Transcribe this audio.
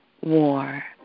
war